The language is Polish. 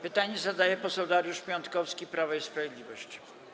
Pytanie zadaje poseł Dariusz Piontkowski, Prawo i Sprawiedliwość.